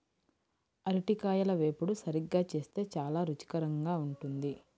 అరటికాయల వేపుడు సరిగ్గా చేస్తే చాలా రుచికరంగా ఉంటుంది